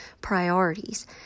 priorities